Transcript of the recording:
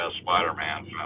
Spider-Man